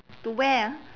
to where ah